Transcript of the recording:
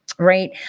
Right